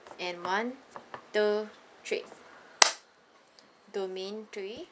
and one two three domain three